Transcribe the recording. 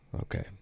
Okay